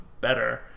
better